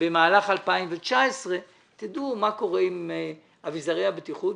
במהלך 2019 ותדעו מה קורה עם אביזרי הבטיחות.